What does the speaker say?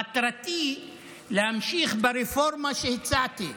מטרתי היא להמשיך ברפורמה שהצעתי.